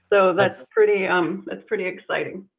so that's pretty um that's pretty exciting.